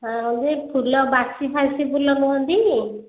ହଁ ଯେ ଫୁଲ ବାସି ଫାସି ଫୁଲ ନୁହଁ ଟି